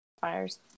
Fires